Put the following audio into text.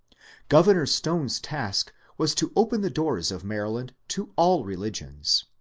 governor stone's task was to open the doors of maryland to all religions.